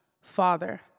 Father